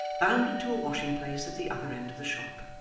bounded to a washing place at the other end of the shop,